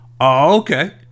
okay